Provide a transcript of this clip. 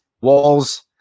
walls